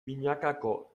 binakako